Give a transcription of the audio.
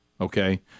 okay